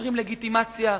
מייצרים לגיטימציה,